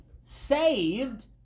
saved